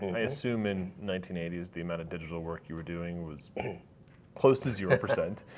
i assume in nineteen eighty s the amount of digital work you were doing was close to zero percent.